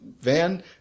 van